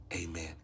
Amen